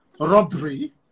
robbery